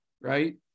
right